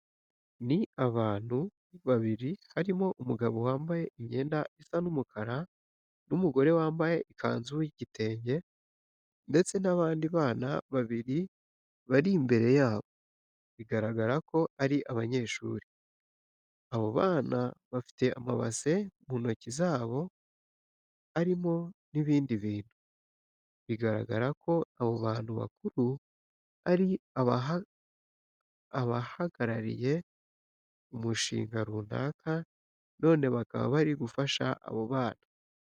Ni abantu babiri harimo umugabo wambaye imyenda isa umukara n'umugore wambaye ikanzu y'igitenge ndetse n'abandi bana babiri bari imbere yabo, biragaragara ko ari abanyeshuri. Abo bana bafite amabase mu ntoki zabo arimo n'ibindi bintu, bigaragara ko abo bantu bakuru ari abahagarariye umushinga runaka, none bakaba bari gufasha abo bana.